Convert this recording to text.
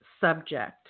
subject